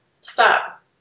stop